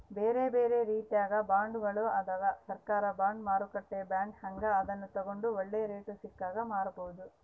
ಬೇರೆಬೇರೆ ರೀತಿಗ ಬಾಂಡ್ಗಳು ಅದವ, ಸರ್ಕಾರ ಬಾಂಡ್, ಮಾರುಕಟ್ಟೆ ಬಾಂಡ್ ಹೀಂಗ, ಅದನ್ನು ತಗಂಡು ಒಳ್ಳೆ ರೇಟು ಸಿಕ್ಕಾಗ ಮಾರಬೋದು